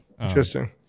Interesting